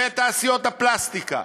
ותעשיות הפלסטיקה,